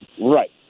Right